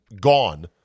gone